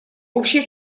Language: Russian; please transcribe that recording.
общей